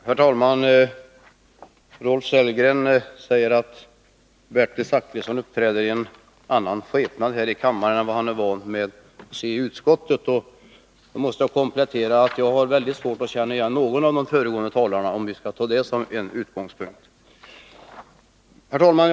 Herr talman! Rolf Sellgren säger att Bertil Zachrisson uppträder i en annan skepnad här i kammaren än i utskottet. Jag måste komplettera med att säga att jag har väldigt svårt att känna igen någon av de föregående talarna — om vi nu skall ta det som en utgångspunkt. Herr talman!